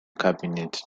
cabinet